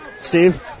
Steve